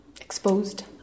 exposed